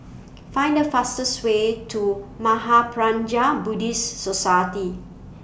Find The fastest Way to Mahaprajna Buddhist Society